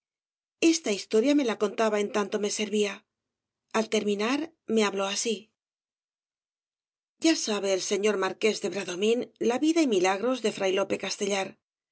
esta historia me la contaba en tanto me servía al terminar me habló así ya sabe el señor marqués de bradomín la vida y milagros de fray lope castellar